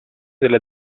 della